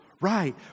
Right